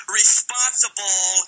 responsible